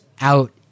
out